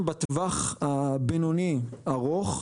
בטווח הבינוני ארוך,